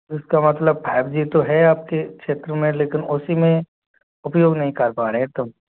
इसका मतलब five G तो है आपके क्षेत्र में लेकिन उसी में उपयोग नहीं कर पा रहे तुम